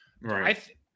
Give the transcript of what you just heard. Right